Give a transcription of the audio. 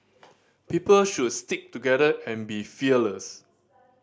people should stick together and be fearless